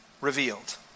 revealed